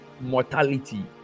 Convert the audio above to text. mortality